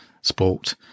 sport